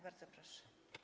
Bardzo proszę.